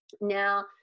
Now